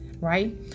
right